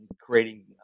creating